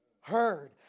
heard